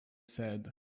said